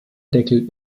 deckel